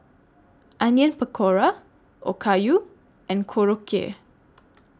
Onion Pakora Okayu and Korokke